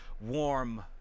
warm